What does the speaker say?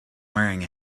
wearing